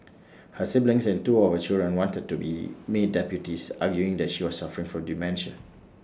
her siblings and two of her children wanted to be made deputies arguing that she was suffering from dementia